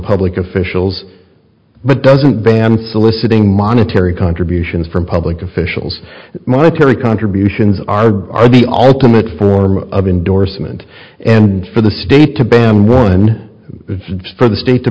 public officials but doesn't ban soliciting monetary contributions from public officials monetary contributions are the ultimate form of indorsement and for the state to ban one for the state to